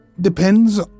Depends